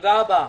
תודה רבה.